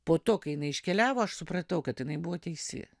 po to kai jinai iškeliavo aš supratau kad jinai buvo teisi